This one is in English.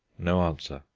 no answer.